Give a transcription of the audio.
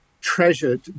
treasured